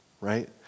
right